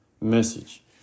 message